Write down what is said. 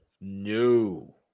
no